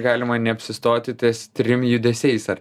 galima neapsistoti ties trim judesiais ar